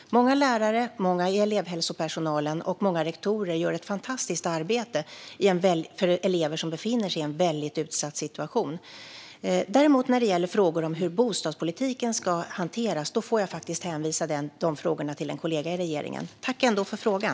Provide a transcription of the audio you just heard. Många lärare, många inom elevhälsopersonalen och många rektorer gör ett fantastiskt arbete för elever som befinner sig i en väldigt utsatt situation. När det däremot gäller frågor om hur bostadspolitiken ska hanteras får jag faktiskt hänvisa dem vidare till en kollega i regeringen. Tack ändå för frågan!